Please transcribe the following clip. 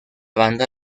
banda